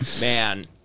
Man